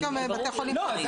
יש גם בתי חולים פרטיים.